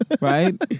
Right